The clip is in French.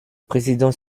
président